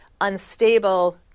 unstable